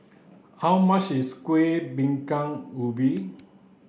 how much is kuih bingka ubi